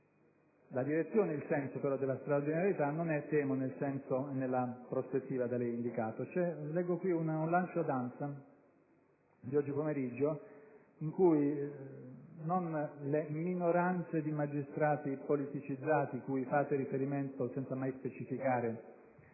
La direzione, però, e il senso della straordinarietà non sono - temo - nel senso e nella prospettiva da lei indicate. C'è un lancio dell'ANSA di oggi pomeriggio, in cui non le minoranze di magistrati politicizzati (cui fate riferimento senza mai specificare